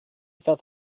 felt